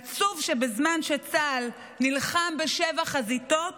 עצוב שבזמן שצה"ל נלחם בשבע חזיתות,